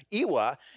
Iwa